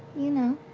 you know.